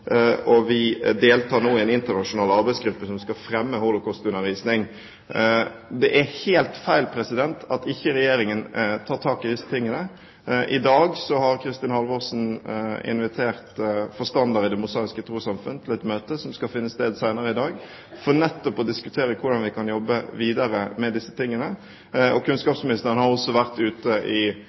og vi deltar nå i en internasjonal arbeidsgruppe som skal fremme holocaustundervisning. Det er helt feil at Regjeringen ikke tar tak i dette. I dag har Kristin Halvorsen invitert forstanderen i Det Mosaiske Trossamfund til et møte – det skal finne sted senere i dag – nettopp for å diskutere hvordan vi kan jobbe videre med dette. Kunnskapsministeren har også vært ute med kraftige reaksjoner i